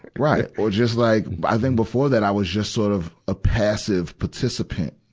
right. or just like i think before that, i was just sort of a passive participant